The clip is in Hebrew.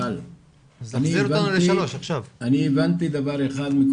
מכל הדיון הזה הבנתי דבר אחד: